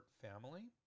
family